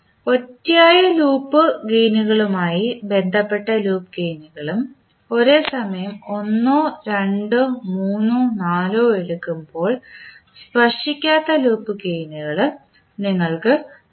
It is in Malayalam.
ഒറ്റയായുള്ള ലൂപ്പ് ഗേയിനുകളുമായി ബന്ധപ്പെട്ട ലൂപ്പ് ഗേയിനുകളും ഒരേ സമയം രണ്ടോ മൂന്നോ നാലോ എടുക്കുമ്പോൾ സ്പർശിക്കാത്ത ലൂപ്പ് ഗേയിനുകളും നിങ്ങൾക്ക് നൽകും